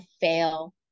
fail